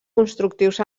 constructius